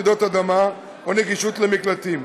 רעידות אדמה או גישה למקלטים,